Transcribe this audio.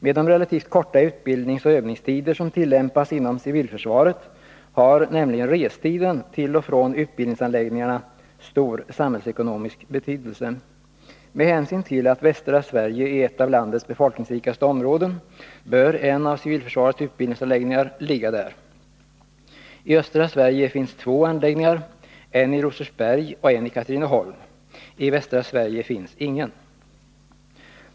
Med de relativt korta utbildningsoch övningstider som tillämpas inom civilförsvaret har nämligen restiden till och från utbildningsanläggningarna stor samhällsekonomisk betydelse. Med hänsyn till att västra Sverige är ett av landets befolkningsrikaste områden, bör en av civilförsvarets utbildningsanläggningar ligga där. I östra Sverige finns två anläggningar, en i Rosersberg och en i Katrineholm. I västra Sverige finns ingen.